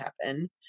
happen